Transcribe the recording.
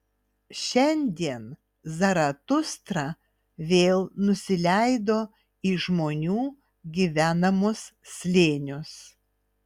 šiandien zaratustra vėl nusileido į žmonių gyvenamus slėnius